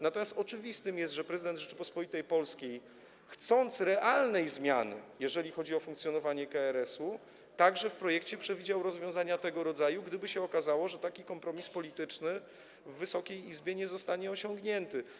Natomiast oczywiste jest, że prezydent Rzeczypospolitej Polskiej, chcąc realnej zmiany, jeżeli chodzi o funkcjonowanie KRS-u, także w projekcie przewidział rozwiązania tego rodzaju, gdyby się okazało, że taki kompromis polityczny w Wysokiej Izbie nie zostanie osiągnięty.